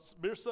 beer